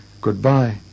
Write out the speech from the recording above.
Goodbye